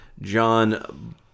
John